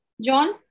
John